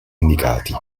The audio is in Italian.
indicati